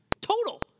Total